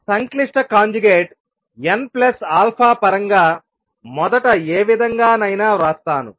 కాబట్టి సంక్లిష్ట conjugate n plus alpha పరంగా మొదట ఏ విధంగానైనా వ్రాస్తాను